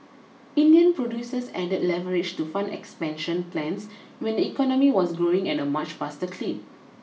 Indian producers added leverage to fund expansion plans when the economy was growing at a much faster clip